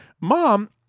Mom